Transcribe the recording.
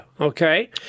okay